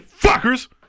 fuckers